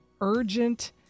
urgent